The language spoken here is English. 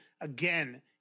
again